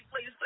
please